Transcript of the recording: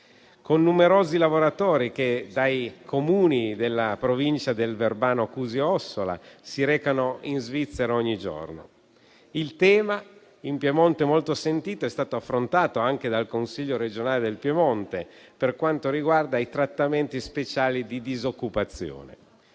con numerosi lavoratori che, dai Comuni della provincia di Verbano-Cusio-Ossola, si recano in Svizzera ogni giorno. Il tema, molto sentito in Piemonte, è stato affrontato anche dal Consiglio regionale del Piemonte per quanto riguarda i trattamenti speciali di disoccupazione,